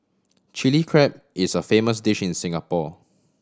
Chilli Crab is a famous dish in Singapore